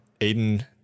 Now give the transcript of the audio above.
Aiden